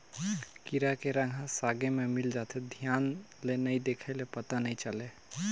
कीरा के रंग ह सागे में मिल जाथे, धियान ले नइ देख ले पता नइ चले